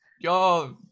Yo